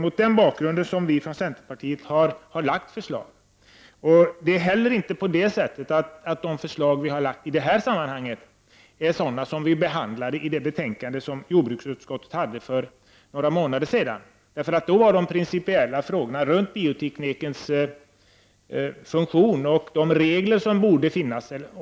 Mot den bakgrunden har vi från centerpartiet lagt fram förslag. Dessa förslag är inte desamma som behandlades i det betänkande som jordbruksutskottet avgav för ett par månader sedan. Då rörde det sig om de principiella frågorna kring bioteknikens funktion och de regler som borde finnas.